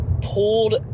pulled